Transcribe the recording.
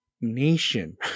Nation